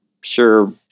sure